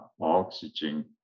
oxygen